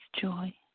joy